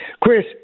Chris